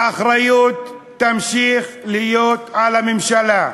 האחריות תמשיך להיות על הממשלה,